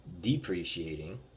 depreciating